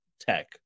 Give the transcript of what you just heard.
tech